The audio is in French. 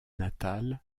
natale